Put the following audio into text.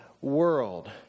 world